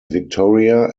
victoria